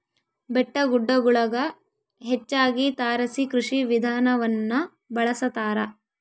ಬೆಟ್ಟಗುಡ್ಡಗುಳಗ ಹೆಚ್ಚಾಗಿ ತಾರಸಿ ಕೃಷಿ ವಿಧಾನವನ್ನ ಬಳಸತಾರ